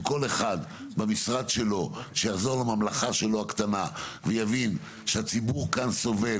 אם כל אחד במשרד שלו יחזור לממלכה שלו הקטנה ויבין שהציבור כאן סובל,